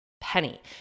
penny